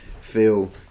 feel